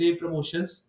promotions